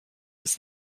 was